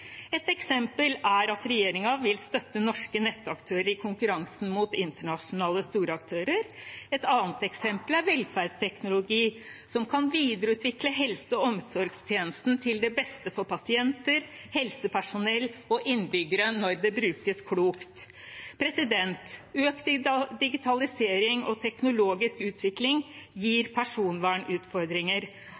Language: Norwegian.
Et eksempel er at regjeringen vil støtte norske nettaktører i konkurransen mot internasjonale storaktører. Et annet eksempel er velferdsteknologi, som kan videreutvikle helse- og omsorgstjenesten til det beste for pasienter, helsepersonell og innbyggere når det brukes klokt. Økt digitalisering og teknologisk utvikling gir